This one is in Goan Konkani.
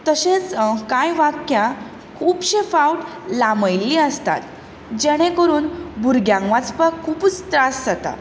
तशेंच कांय वाक्यां खुबशे फावट लांबयल्लीं आसतात जेणें करून भुरग्यांक वाचपाक खुबूच त्रास जाता